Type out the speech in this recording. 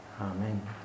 Amen